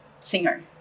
singer